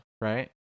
right